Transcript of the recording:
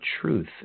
truth